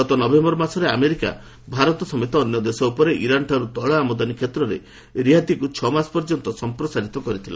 ଗତ ନଭେୟର ମାସରେ ଆମେରିକା ଭାରତ ସମେତ ଅନ୍ୟ ଦେଶ ଉପରେ ଇରାନଠାରୁ ତେିଳ ଆମଦାନୀ କ୍ଷେତ୍ରରେ ରିହାତିକୁ ଛଅମାସ ପର୍ଯ୍ୟନ୍ତ ସଂପ୍ରସାରିତ କରିଥିଲା